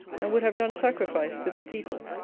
and would have done sacrifice with the people.